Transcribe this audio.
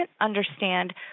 understand